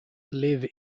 live